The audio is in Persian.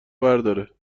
برداره